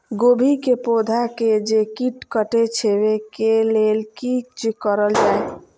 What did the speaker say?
गोभी के पौधा के जे कीट कटे छे वे के लेल की करल जाय?